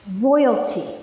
royalty